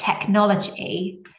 technology